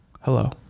Hello